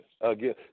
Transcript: Again